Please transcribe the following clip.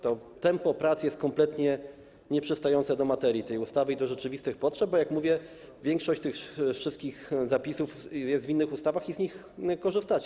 Tempo prac jest kompletnie nieprzystające do materii tej ustawy i do rzeczywistych potrzeb, bo jak mówię, większość tych wszystkich zapisów znajduje się w innych ustawach i z nich korzystacie.